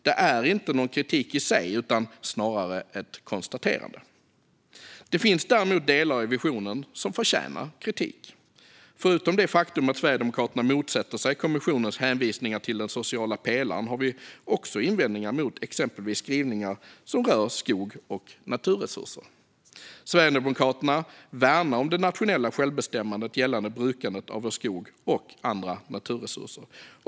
Det är inte någon kritik i sig utan snarare ett konstaterande. Det finns däremot delar i visionen som förtjänar kritik. Förutom det faktum att Sverigedemokraterna motsätter sig kommissionens hänvisningar till den sociala pelaren har vi också invändningar mot exempelvis skrivningar som rör skog och naturresurser Sverigedemokraterna värnar om det nationella självbestämmandet gällande brukandet av vår skog och andra naturresurser.